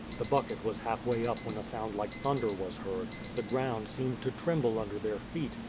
the bucket was halfway up when a sound like thunder was heard, the ground seemed to tremble under their feet,